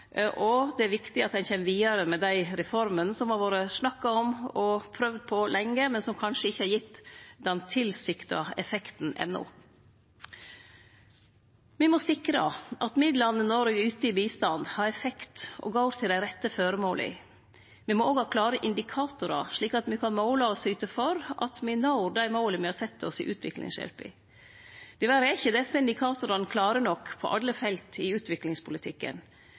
og det er viktig at ein kjem vidare med dei reformene som det har vore snakka om, og som ein har prøvd på lenge, men som kanskje ikkje har gitt den tilsikta effekten enno. Me må sikre at midlane Noreg yter i bistand, har effekt og går til dei rette føremåla. Me må òg ha klare indikatorar, slik at me kan måle og syte for at me når dei måla me har sett oss i utviklingshjelpa. Diverre er ikkje desse indikatorane klare nok på alle felt i utviklingspolitikken.